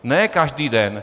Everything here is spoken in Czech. Ne každý den!